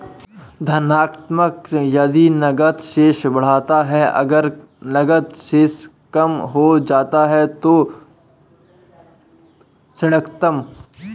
धनात्मक यदि नकद शेष बढ़ता है, अगर नकद शेष कम हो जाता है तो ऋणात्मक